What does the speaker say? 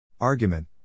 Argument